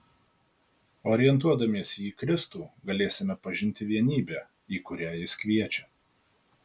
orientuodamiesi į kristų galėsime pažinti vienybę į kurią jis kviečia